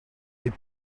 est